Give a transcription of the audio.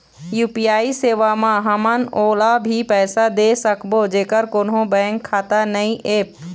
UPI सेवा म हमन ओला भी पैसा दे सकबो जेकर कोन्हो बैंक खाता नई ऐप?